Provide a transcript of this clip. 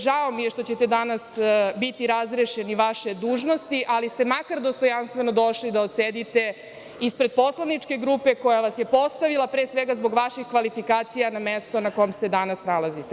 Žao mi je što ćete danas biti razrešeni vaše dužnosti, ali ste makar dostojanstveno došli da odsedite ispred poslaničke grupe koja vas je postavila, pre svega, zbog vaših kvalifikacija na mesto na kom se danas nalazite.